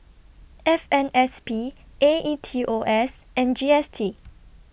F M S P A E T O S and G S T